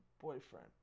Boyfriend